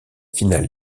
finale